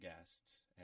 guests